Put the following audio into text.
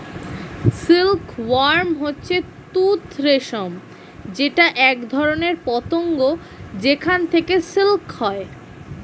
silk worm হচ্ছে তুত রেশম যেটা একধরনের পতঙ্গ যেখান থেকে সিল্ক হয়